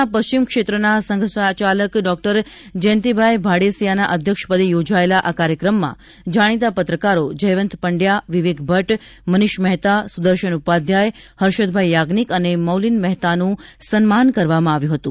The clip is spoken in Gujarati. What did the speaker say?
ના પશ્ચિમ ક્ષેત્રના સંઘ ચાલક ડોક્ટર જયંતિભાઈ ભાડેસીયાના અધ્યક્ષપદે યોજાયેલા આ કાર્યક્રમમાં જાણીતા પત્રકારો જયવંત પંડ્યા વિવેક ભટ્ટ મનીષ મહેતા સુદર્શન ઉપાધ્યાય હર્ષદભાઈ યાજ્ઞિક અને મોલીન મહેતાનું સન્માન કરવામાં આવ્યું હતું